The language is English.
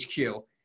HQ